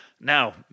Now